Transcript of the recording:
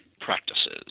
practices